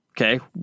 Okay